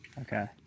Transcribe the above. okay